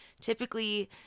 Typically